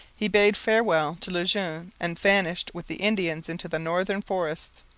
he bade farewell to le jeune and vanished with the indians into the northern forest.